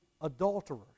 adulterers